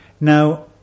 Now